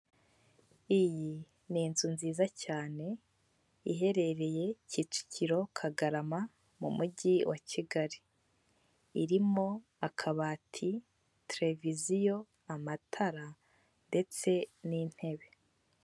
Iyi n'inzu nziza cyane, iherereye Kicukiro, Kagarama mu mujyi wa Kigali. Irimo akabati, televiziyo, amatara ndetse n'intebe.